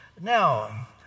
Now